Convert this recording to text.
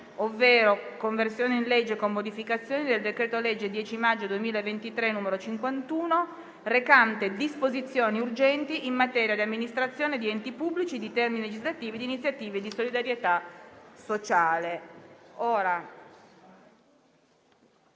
legge: «Conversione in legge, con modificazioni, del decreto-legge 10 maggio 2023, n. 51, recante disposizioni urgenti in materia di amministrazione di enti pubblici, di termini legislativi e di iniziative di solidarietà sociale» (774).